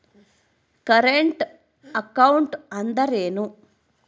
Current account ಅಂದರೇನು?